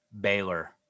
Baylor